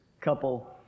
couple